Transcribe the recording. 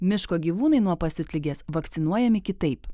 miško gyvūnai nuo pasiutligės vakcinuojami kitaip